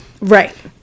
Right